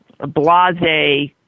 Blase